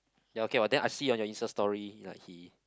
ya okay then I see your Insta story ya he